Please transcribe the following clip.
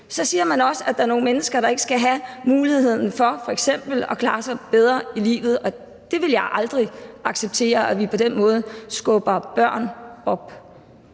så siger man også, at der er nogle mennesker, der ikke skal have muligheden for f.eks. at klare sig bedre i livet, og jeg ville aldrig acceptere, at vi på den måde skubber børn ud.